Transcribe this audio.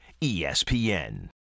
ESPN